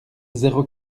zéro